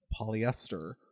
polyester